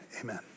amen